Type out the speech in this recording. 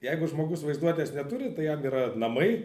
jeigu žmogus vaizduotės neturi tai jam yra namai